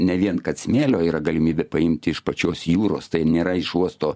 ne vien kad smėlio yra galimybė paimti iš pačios jūros tai nėra iš uosto